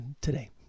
today